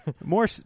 More